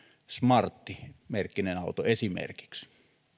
smart merkkinen auto esimerkiksi